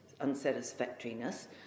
unsatisfactoriness